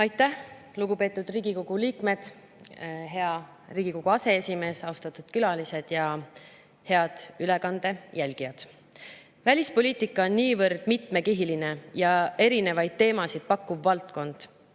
Aitäh! Lugupeetud Riigikogu liikmed! Hea Riigikogu aseesimees! Austatud külalised! Ja head ülekande jälgijad! Välispoliitika on niivõrd mitmekihiline ja erinevaid teemasid pakkuv valdkond,